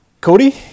Cody